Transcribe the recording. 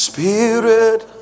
Spirit